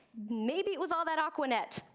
maybe it was all that awkwardness.